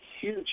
huge